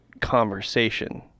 conversation